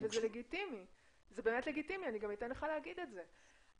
זה לגיטימי ואני אתן לך להגיב על זה.